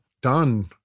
done